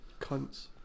Cunts